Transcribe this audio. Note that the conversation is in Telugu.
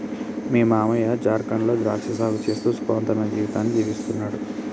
మీ మావయ్య జార్ఖండ్ లో ద్రాక్ష సాగు చేస్తూ సుఖవంతమైన జీవితాన్ని జీవిస్తున్నాడు